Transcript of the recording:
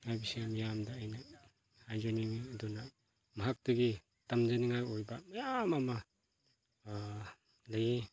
ꯍꯥꯏꯕꯁꯤ ꯃꯤꯌꯥꯝꯗ ꯑꯩꯅ ꯍꯥꯏꯖꯅꯤꯡꯏ ꯑꯗꯨꯅ ꯃꯍꯥꯛꯇꯒꯤ ꯇꯝꯖꯅꯤꯡꯉꯥꯏ ꯑꯣꯏꯕ ꯃꯌꯥꯝ ꯑꯃ ꯂꯩꯌꯦ